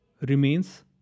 remains